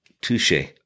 Touche